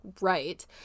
right